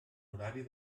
horari